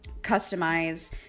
customize